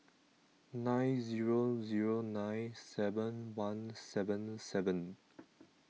nine zero zero nine seven one seven seven